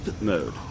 mode